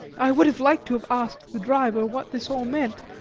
i would have liked to have asked the driver what this all meant,